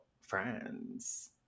friends